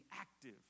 active